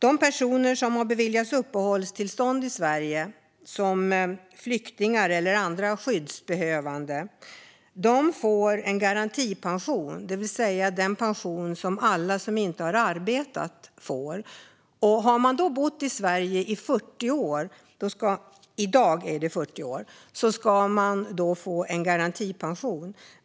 De personer som har beviljats uppehållstillstånd i Sverige som flyktingar eller andra skyddsbehövande får en garantipension, det vill säga den pension som alla får som inte har arbetat. Om man har bott i Sverige i 40 år - den gräns som gäller i dag - får man en garantipension.